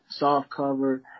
softcover